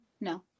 No